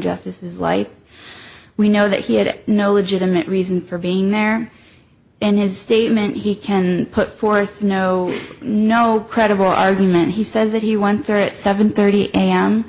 justice is light we know that he had no legitimate reason for being there and his statement he can put forth no no credible argument he says that he wants or at seven thirty am